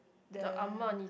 the